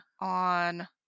on